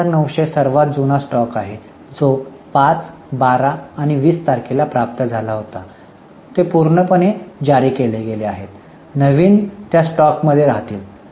तर 4900 सर्वात जुना स्टॉक आहे जो 5 12 आणि 20 तारखेला प्राप्त झाला होता ते पूर्णपणे जारी केले गेले आहेत नवीन त्या स्टॉकमध्ये राहतील